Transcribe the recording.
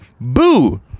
Boo